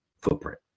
footprint